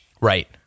Right